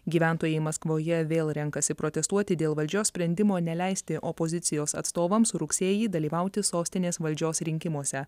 gyventojai maskvoje vėl renkasi protestuoti dėl valdžios sprendimo neleisti opozicijos atstovams rugsėjį dalyvauti sostinės valdžios rinkimuose